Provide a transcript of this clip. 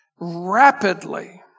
rapidly